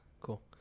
Cool